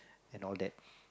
and all that